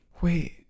Wait